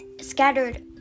scattered